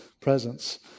presence